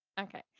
okay